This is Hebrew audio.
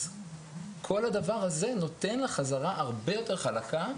אז כל הדבר הזה נותן לה חזרה הרבה יותר חלקה,